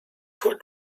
holt